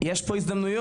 יש פה הזדמנויות,